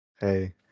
Hey